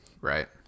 Right